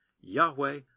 Yahweh